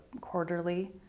quarterly